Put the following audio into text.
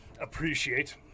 appreciate